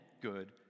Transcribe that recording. good